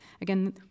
again